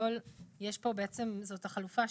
בגדול זו החלופה השיורית.